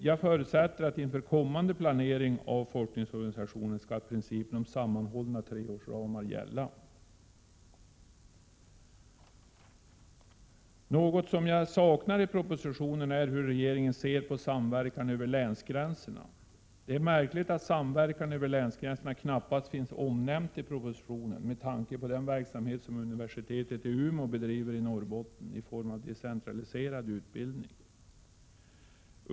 Jag förutsätter att inför kommande planering av forskningsorganisationen principen om sammanhållna treårsramar skall gälla. Något som jag saknar i propositionen är hur regeringen ser på samverkan över länsgränserna. Det är märkligt att samverkan över länsgränserna knappt finns omnämnt i propositionen, med tanke på den verksamhet universitetet i Umeå bedriver i Norrbotten i form av decentraliserad utbildning.